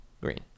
green